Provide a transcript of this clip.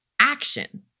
action